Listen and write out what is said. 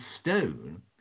stone